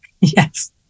Yes